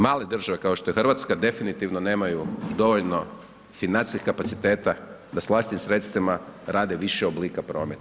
Male države, kao što je Hrvatska definitivno nemaju dovoljno financijskih kapaciteta da s vlastitim sredstvima rade više oblika prometa.